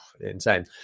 insane